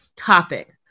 topic